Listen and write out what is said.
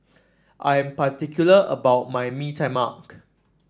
I am particular about my Mee Tai Mak